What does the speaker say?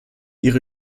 ihrer